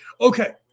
Okay